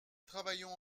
travaillons